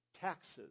taxes